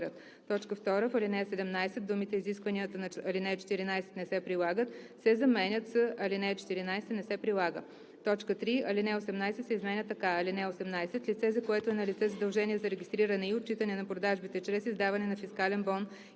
2. В ал. 17 думите „Изискванията на ал. 14 не се прилагат“ се заменят с „Алинея 14 не се прилага“. 3. Алинея 18 се изменя така: „(18) Лице, за което е налице задължение за регистриране и отчитане на продажбите чрез издаване на фискален бон